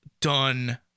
done